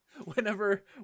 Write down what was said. Whenever